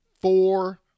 four